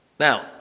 Now